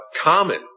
common